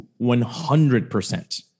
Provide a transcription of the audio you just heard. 100%